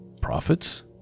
prophets